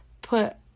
put